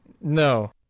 No